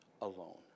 alone